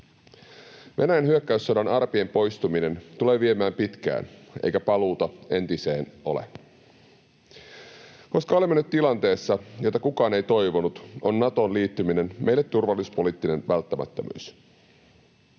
Venäjän hyökkäyssodan arpien poistuminen tulee viemään pitkään, eikä paluuta entiseen ole. Koska olemme nyt tilanteessa, jota kukaan ei toivonut, on Natoon liittyminen meille turvallisuuspoliittinen välttämättömyys.